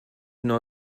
know